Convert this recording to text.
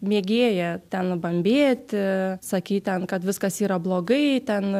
mėgėja ten bambėti sakyt ten kad viskas yra blogai ten